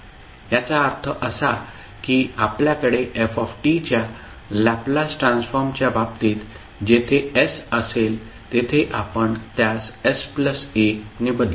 याचा अर्थ असा की आपल्याकडे f च्या लॅपलास ट्रान्सफॉर्मच्या बाबतीत जेथे s असेल तेथे आपण त्यास sa ने बदलू